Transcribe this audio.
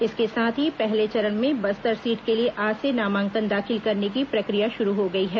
इसके साथ ही पहले चरण में बस्तर सीट के लिए आज से नामांकन दाखिल करने की प्रक्रिया शुरू हो गई है